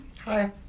Hi